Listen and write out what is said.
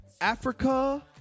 Africa